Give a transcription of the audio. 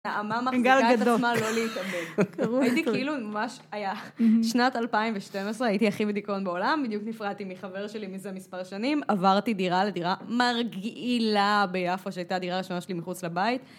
נעמה מחזיקה את עצמה לא להתאבד. הייתי כאילו ממש... שנת 2012 הייתי הכי בדיכאון בעולם, בדיוק נפרדתי מחבר שלי מזה מספר שנים. עברתי דירה לדירה מגעילה ביפו, שהייתה הדירה הראשונה שלי מחוץ לבית.